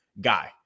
guy